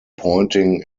pointing